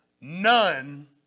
none